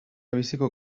biziko